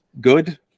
good